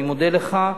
אני מודה לך.